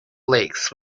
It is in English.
lakes